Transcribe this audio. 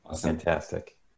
Fantastic